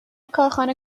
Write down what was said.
کارخانه